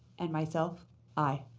and myself aye.